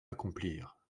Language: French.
accomplir